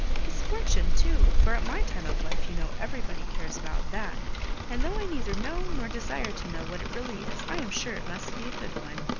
his fortune too for at my time of life you know, everybody cares about that and though i neither know nor desire to know, what it really is, i am sure it must be a good one.